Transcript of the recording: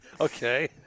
Okay